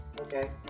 Okay